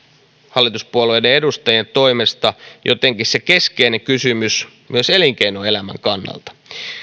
hallituspuolueiden edustajien toimesta jotenkin se keskeinen kysymys myös elinkeinoelämän kannalta